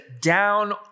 down